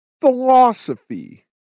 philosophy